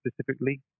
specifically